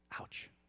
Ouch